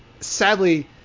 sadly